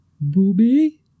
Booby